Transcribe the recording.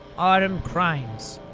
autumn crimes.